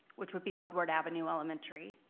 which would be woodward avenue elementary,